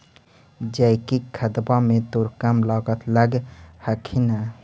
जैकिक खदबा मे तो कम लागत लग हखिन न?